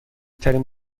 ترین